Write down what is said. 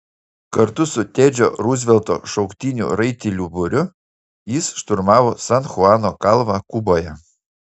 kartu su tedžio ruzvelto šauktinių raitelių būriu jis šturmavo san chuano kalvą kuboje